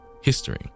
history